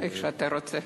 איך שאתה רוצה.